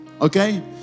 Okay